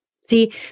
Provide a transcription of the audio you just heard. See